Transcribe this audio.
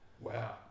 Wow